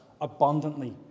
abundantly